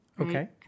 Okay